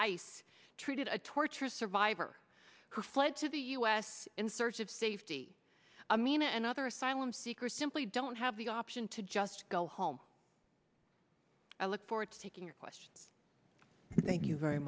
ice treated a torture survivor who fled to the us in search of safety i mean another asylum seekers simply don't have the option to just go home i look forward to taking your questions thank you very